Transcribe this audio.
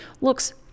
looks